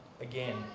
again